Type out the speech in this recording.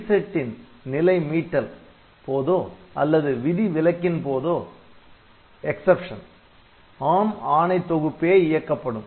reset ன் Reset நிலை மீட்டல் போதோ அல்லது விதி விலக்கின் போதோ ARM ஆணை தொகுப்பே இயக்கப்படும்